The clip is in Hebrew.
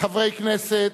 חברי כנסת,